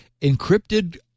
encrypted